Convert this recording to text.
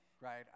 right